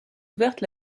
ouverte